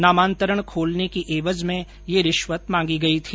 नामांतरण खोलने की एवज में यह रिश्वत मांगी गयी थी